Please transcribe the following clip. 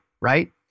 right